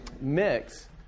mix